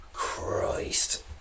Christ